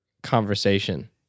conversation